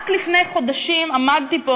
רק לפני חודשים עמדתי פה,